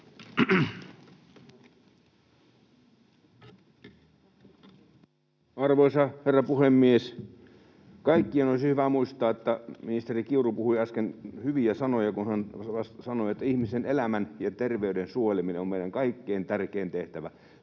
Arvoisa herra puhemies! Kaikkien olisi hyvä muistaa, että ministeri Kiuru puhui äsken hyviä sanoja, kun hän sanoi, että ihmisen elämän ja terveyden suojeleminen on meidän kaikkien tärkein tehtävä.